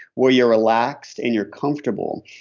where you're relaxed and you're comfortable.